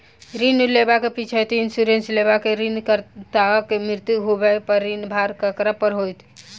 ऋण लेबाक पिछैती इन्सुरेंस लेबाक बाद ऋणकर्ताक मृत्यु होबय पर ऋणक भार ककरा पर होइत?